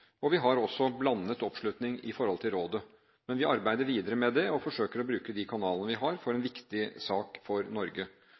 og vi har også blandet oppslutning i rådet. Men vi arbeider videre med det og forsøker å bruke de kanalene vi har, for en